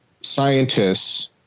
scientists